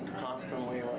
constantly